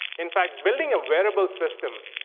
in fact building a wearable system,